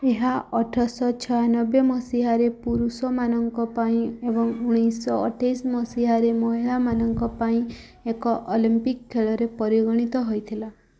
ଏହା ଅଠରଶହ ଛୟାନବେ ମସିହାରେ ପୁରୁଷମାନଙ୍କ ପାଇଁ ଏବଂ ଉଣେଇଶଶହ ଅଠେଇଶ ମସିହାରେ ମହିଳାମାନଙ୍କ ପାଇଁ ଏକ ଅଲିମ୍ପିକ୍ ଖେଳରେ ପରିଣତ ହୋଇଥିଲା